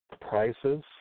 prices